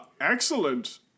excellent